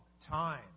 time